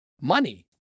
money